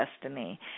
destiny